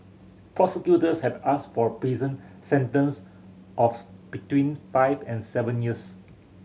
prosecutors had asked for a prison sentence of between five and seven years